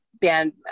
band